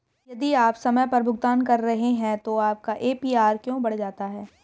यदि आप समय पर भुगतान कर रहे हैं तो आपका ए.पी.आर क्यों बढ़ जाता है?